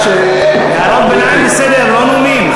הערות ביניים ולסדר לא מונים,